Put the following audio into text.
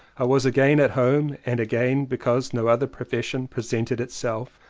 i was again at home and again because no other profession presented itself.